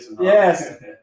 yes